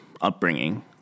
upbringing